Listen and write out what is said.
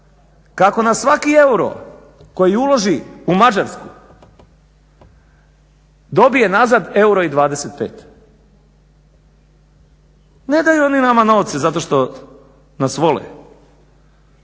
kako na svaki euro koji uloži u Mađarsku dobije nazad 1,25 euro. Ne daju oni nama novce zato što nas vole,